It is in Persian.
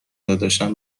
داداشم